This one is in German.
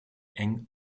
eng